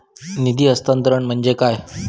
निधी हस्तांतरण म्हणजे काय?